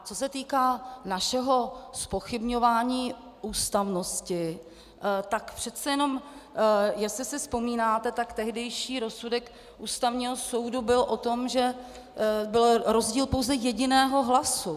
A co se týká našeho zpochybňování ústavnosti, tak přece jenom, jestli si vzpomínáte, tehdejší rozsudek Ústavního soudu byl o tom, že byl rozdíl pouze jediného hlasu.